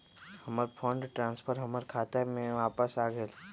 हमर fund transfer हमर खाता में वापस आ गेल